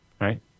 Right